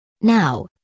Now